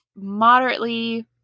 moderately